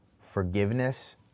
forgiveness